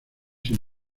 sin